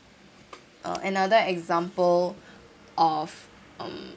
uh another example of um